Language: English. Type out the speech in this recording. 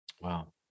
Wow